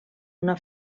una